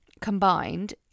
combined